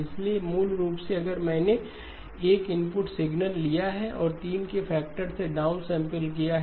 इसलिए मूल रूप से अगर मैंने एक इनपुट सिग्नल लिया है और 3 के फैक्टर से डाउनसैंपल किया है